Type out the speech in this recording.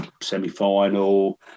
semi-final